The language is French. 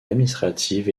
administrative